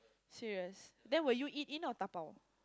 serious then will you eat in or dabao